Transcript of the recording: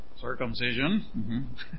circumcision